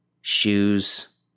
Shoes